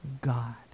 God